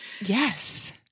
Yes